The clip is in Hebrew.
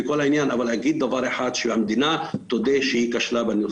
אבל להגיד דבר אחד: שהמדינה תודה שהיא כשלה.